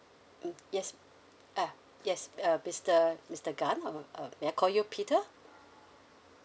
mm yes uh yes uh mister mister gan uh uh may I call you peter